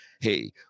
Hey